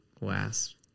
last